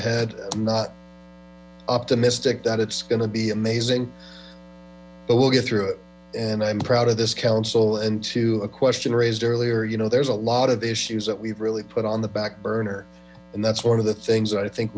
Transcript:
ahead not optimistic that it's going to be amazing but we'll get through it and i'm proud of this council and to the question raised earlier you know there's a lot of issues that we've really put on the backburner and that's one of the things that i think